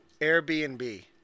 Airbnb